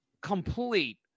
complete